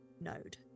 node